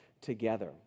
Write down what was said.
together